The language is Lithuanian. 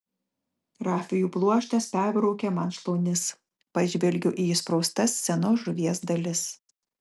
rafijų pluoštas perbraukia man šlaunis pažvelgiu į įspraustas senos žuvies dalis